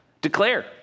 Declare